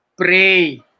pray